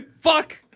Fuck